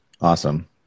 Awesome